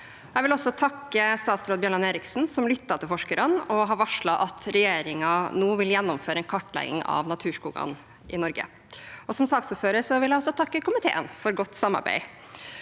Jeg vil også takke statsråd Bjelland Eriksen, som lyttet til forskerne og har varslet at regjeringen nå vil gjennomføre en kartlegging av naturskogene i Norge. Som saksordfører vil jeg også takke komiteen for godt samarbeid.